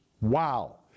Wow